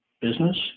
business